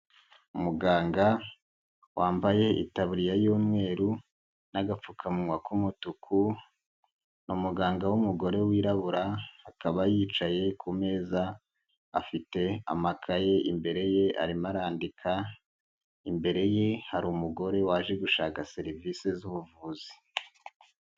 Umuganga wambaye itaburiya y'umweru n'agapfukamunwa k'umutuku, ni umuganga w'umugore wirabura akaba yicaye ku meza, afite amakaye imbere ye arimo arandika, imbere ye hari umugore waje gushaka serivise z'ubuvuzi.